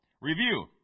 Review